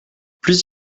plus